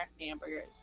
hamburgers